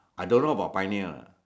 I don't know about pioneer